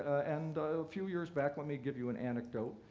and a few years back, let me give you an anecdote,